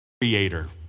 creator